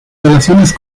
relaciones